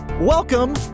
welcome